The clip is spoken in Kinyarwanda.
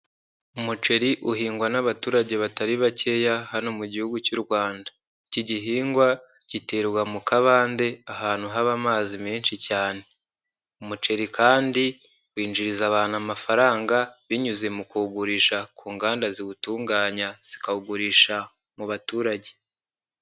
Umuceri uhingwa n'abaturage batari bakeya hano mu gihugu cy'u Rwanda. Iki gihingwa giterwa mu kabande, ahantu haba amazi menshi cyane. Umuceri kandi winjiriza abantu amafaranga, binyuze mu kuwugurisha ku nganda ziwutunganya, zikawugurisha mu baturage.